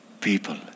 people